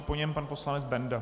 Po něm pan poslanec Benda.